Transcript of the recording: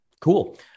cool